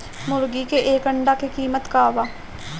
मुर्गी के एक अंडा के कीमत का बा?